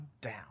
down